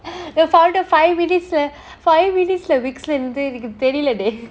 the founder five minutes leh five minutes vicks லந்து என்னக்கு தேரிலேடி :lanthu ennaku teriladi